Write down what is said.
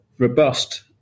robust